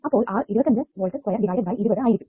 അപ്പോൾ R 25 volt square divided by 20 ആയിരിക്കും